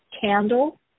candle